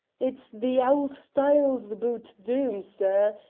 it's the auld styles aboot doom, sir,